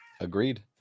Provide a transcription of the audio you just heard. Agreed